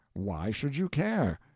why should you care?